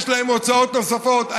יש להם הוצאות נוספות.